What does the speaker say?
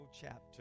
chapter